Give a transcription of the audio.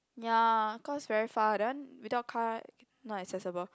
ya cause very far that one without car not accessible